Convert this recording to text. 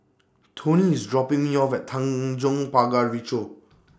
Tony IS dropping Me off At Tanjong Pagar Ricoh